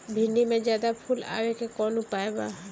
भिन्डी में ज्यादा फुल आवे के कौन उपाय बा?